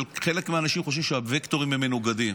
חלק מהאנשים חושבים שהווקטורים הם מנוגדים.